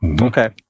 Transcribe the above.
Okay